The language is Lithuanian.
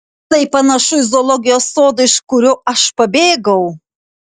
tai panašu į zoologijos sodą iš kurio aš pabėgau